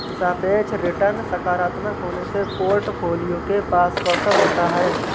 सापेक्ष रिटर्न सकारात्मक होने से पोर्टफोलियो के पास कौशल होता है